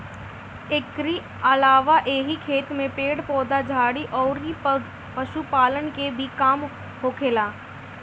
एकरी अलावा एही खेत में पेड़ पौधा, झाड़ी अउरी पशुपालन के भी काम होखेला